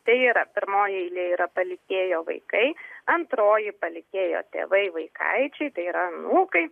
tai yra pirmoj eilėj yra palikėjo vaikai antroji palikėjo tėvai vaikaičiai tai yra anūkai